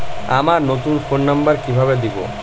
আমার নতুন phone number কিভাবে দিবো?